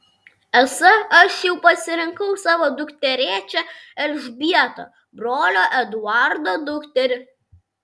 esą aš jau pasirinkau savo dukterėčią elžbietą brolio eduardo dukterį